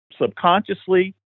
subconsciously